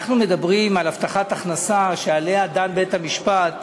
אנחנו מדברים על הבטחת הכנסה שעליה דן בית-המשפט,